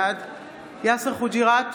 בעד יאסר חוג'יראת,